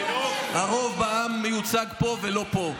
הרוב בעם מיוצג פה ולא פה.